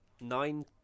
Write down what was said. nine